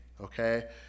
okay